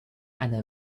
anna